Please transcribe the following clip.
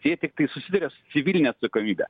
jie tiktai susiduria su civiline atsakomybe